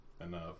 enough